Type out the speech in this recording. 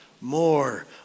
more